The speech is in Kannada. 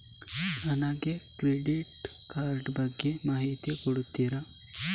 ನನಗೆ ಕ್ರೆಡಿಟ್ ಕಾರ್ಡ್ ಬಗ್ಗೆ ಮಾಹಿತಿ ಕೊಡುತ್ತೀರಾ?